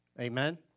Amen